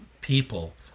people